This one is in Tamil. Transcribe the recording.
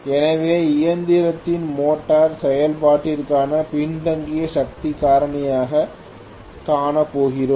எனவே இயந்திரத்தின் மோட்டார் செயல்பாட்டிற்கான பின்தங்கிய சக்தி காரணியைக் காணப்போகிறோம்